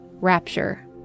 Rapture